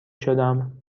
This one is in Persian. شدم